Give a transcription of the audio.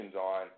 on